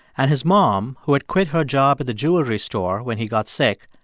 and his mom, who had quit her job at the jewelry store when he got sick,